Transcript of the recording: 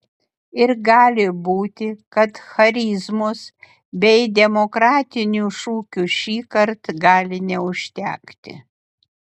ir gali būti kad charizmos bei demokratinių šūkių šįkart gali neužtekti